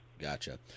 Gotcha